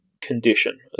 condition